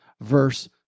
verse